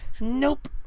Nope